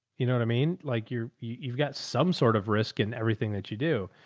you know what i mean? like you're, you've got some sort of risk in everything that you do,